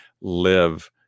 live